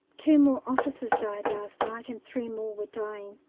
two more officers died last night, and three more were dying.